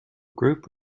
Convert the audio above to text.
group